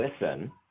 listen